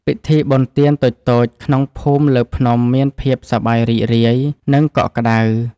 ពិធីបុណ្យទានតូចៗក្នុងភូមិលើភ្នំមានភាពសប្បាយរីករាយ និងកក់ក្ដៅ។